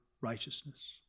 righteousness